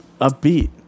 upbeat